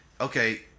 Okay